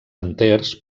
enters